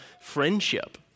friendship